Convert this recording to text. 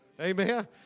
Amen